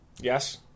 Yes